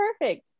perfect